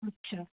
अच्छा